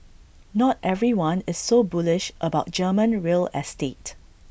not everyone is so bullish about German real estate